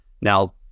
Now